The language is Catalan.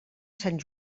sant